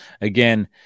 again